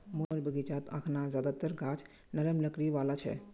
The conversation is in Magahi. मोर बगीचात अखना ज्यादातर गाछ नरम लकड़ी वाला छ